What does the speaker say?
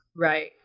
Right